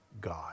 God